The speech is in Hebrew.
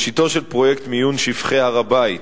ראשיתו של פרויקט מיון שופכי הר-הבית